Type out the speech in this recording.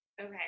okay